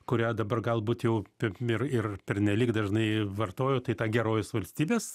kurią dabar galbūt jau pi ir ir pernelyg dažnai vartoju tai ta gerovės valstybės